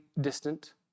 distant